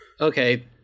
Okay